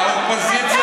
אסור להניף